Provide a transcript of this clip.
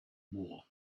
war